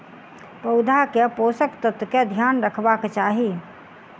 पौधा के पोषक तत्व के ध्यान रखवाक चाही